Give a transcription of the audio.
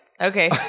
Okay